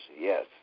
Yes